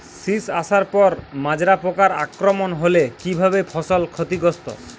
শীষ আসার পর মাজরা পোকার আক্রমণ হলে কী ভাবে ফসল ক্ষতিগ্রস্ত?